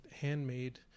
handmade